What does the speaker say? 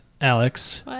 Alex